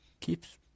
keeps